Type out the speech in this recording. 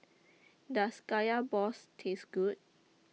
Does Kaya Balls Taste Good